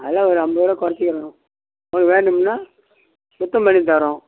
அதெலாம் ஒரு ஐம்பது ருபா குறைச்சிக்கிறோம் உங்களுக்கு வேணும்னால் சுத்தம் பண்ணித்தரோம்